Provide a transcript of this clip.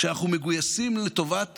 כשאנחנו מגויסים לטובת